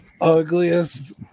ugliest